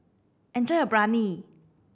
enjoy your Biryani